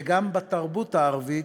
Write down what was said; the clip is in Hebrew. וגם בתרבות הערבית,